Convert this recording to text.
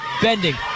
Bending